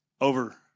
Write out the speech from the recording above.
over